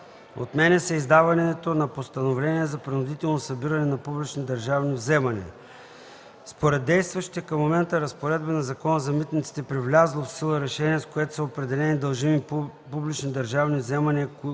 отменя се издаването на постановление за принудително събиране на публични държавни вземания. Според действащите към момента разпоредби на Закона за митниците при влязло в сила решение, с което са определени дължими публични държавни вземания,